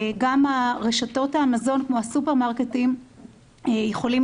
גם רשתות המזון כמו הסופרמרקטים יכולים